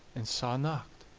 and saw nocht.